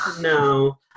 no